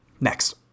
Next